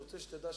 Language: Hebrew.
כשזה יגיע לדיון